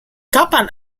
kapan